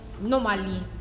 normally